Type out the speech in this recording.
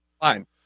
fine